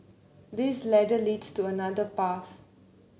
this ladder leads to another path